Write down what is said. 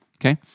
Okay